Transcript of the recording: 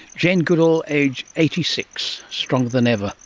jane goodall, aged eighty six, stronger than ever.